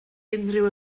unrhyw